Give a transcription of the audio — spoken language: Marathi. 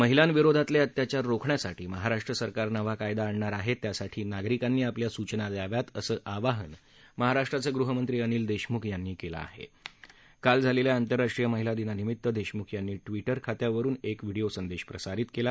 महिलांविरोधातलखित्याचार रोखण्यासाठी महाराष्ट्र सरकार नवा कायदा आणणार आहा व्यासाठी नागरिकांनी आपल्या सूचना द्याव्यात असं आवाहन महाराष्ट्राच ग्रिहमंत्री अनिल दक्षमुख यांनी कले आह काल झालल्या आंतरराष्ट्रीय महिला दिनानिमित्त दक्कुख यांनी आपल्या ट्विटर खात्यावरून एक व्हिडिओ संदर्भाप्रसारित कला